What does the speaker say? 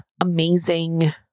amazing